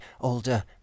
older